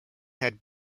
had